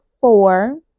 four